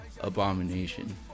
abomination